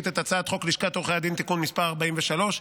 את הצעת חוק לשכת עורכי הדין (תיקון מס' 43),